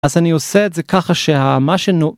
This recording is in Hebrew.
אז אני עושה את זה ככה שהמה שנו...